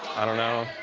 i don't know.